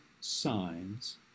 signs